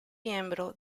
miembro